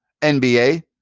NBA